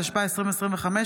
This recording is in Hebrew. התשפ"ה 2025,